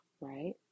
right